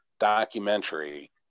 Documentary